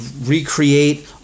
recreate